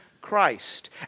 Christ